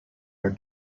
were